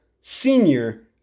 senior